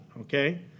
okay